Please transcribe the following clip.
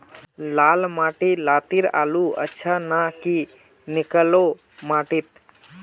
लाल माटी लात्तिर आलूर अच्छा ना की निकलो माटी त?